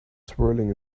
swirling